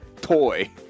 Toy